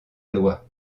loi